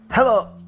Hello